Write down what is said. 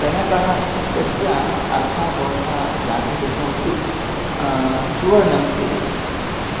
कनकः इत्यस्य अर्थः भवन्तः ज्ञातुं शक्नुवन्ति सुवर्णम् इति